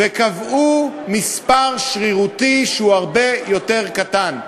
וקבעו מספר שרירותי שהוא הרבה יותר קטן,